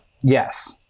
yes